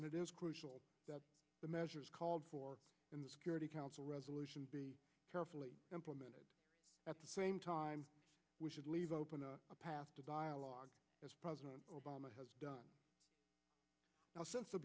and it is crucial that the measures called for in the security council resolution carefully implemented at the same time we should leave open a path to dialogue as president obama has done since the